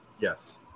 Yes